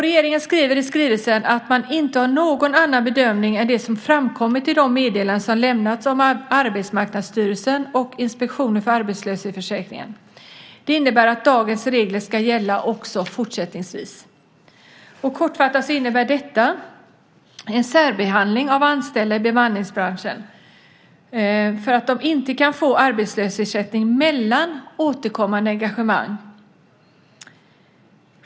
Regeringen skriver i skrivelsen att man inte gör någon annan bedömning än den som framkommit i de meddelanden som lämnats av Arbetsmarknadsstyrelsen och Inspektionen för arbetslöshetsförsäkringen. Det innebär att dagens regler ska gälla också fortsättningsvis. Kortfattat innebär detta en särbehandling av anställda i bemanningsbranschen. De kan inte få arbetslöshetsersättning mellan återkommande engagemang.